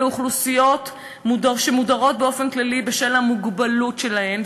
אלה אוכלוסיות שמודרות באופן כללי בשל המוגבלות שלהן,